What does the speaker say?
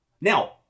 Now